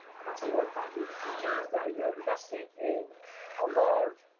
i'm gonna tell you what that means. it means that you're investing in a large